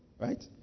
right